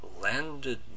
landed